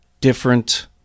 different